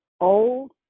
old